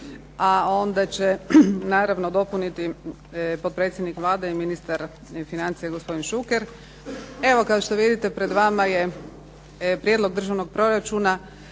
a onda će naravno dopuniti potpredsjednik Vlade i ministar financija gospodin Šuker. Evo kao što vidite pred vama je Prijedlog državnog proračuna